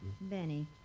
Benny